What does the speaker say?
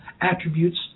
attributes